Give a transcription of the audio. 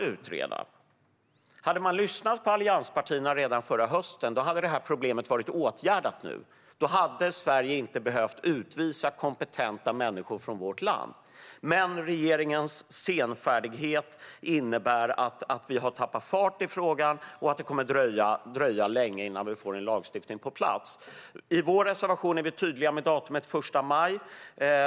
Om regeringen redan förra hösten hade lyssnat på allianspartierna hade detta problem redan varit åtgärdat nu. Då hade Sverige inte behövt utvisa kompetenta människor från vårt land. Men regeringens senfärdighet innebär att vi har tappat fart i frågan och att det kommer att dröja länge innan vi får en lagstiftning på plats. I vår reservation är vi tydliga med datumet den 1 maj.